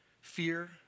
fear